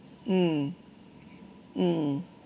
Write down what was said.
mm mm